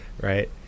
right